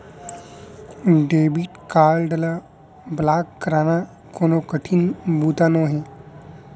debit card ल block कराना हर कोनो कठिन बूता नोहे